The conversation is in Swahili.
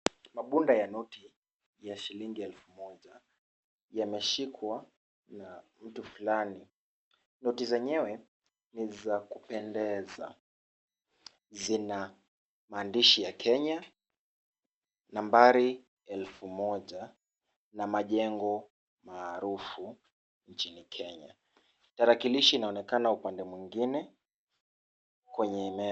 Mabunda ya noti ya shilingi elfu moja yameshikwa na mtu fulani, noti zenyewe ni za kupendeza, zina maandishi ya Kenya, nambari elfu moja na majengo maarufu nchini Kenya. Tarakilishi inaonekana upande mwingine kwenye meza.